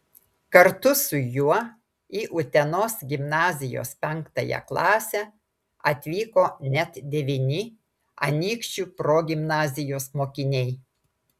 kartu su juo į utenos gimnazijos penktąją klasę atvyko net devyni anykščių progimnazijos mokiniai